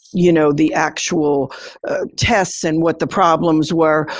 you know, the actual tests and what the problems were,